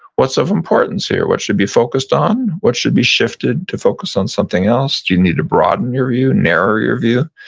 what's of importance here, what should be focused on, what should be shifted to focus on something else, do you need to broaden your view, narrow your view?